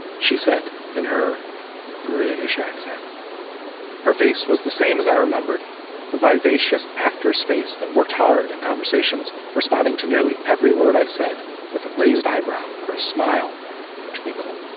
she said in her british accent her face was the same as i remembered her vivacious actor's face that worked hard and conversations responding to nearly every word i said with a raised eyebrow. her smile, her twinkle.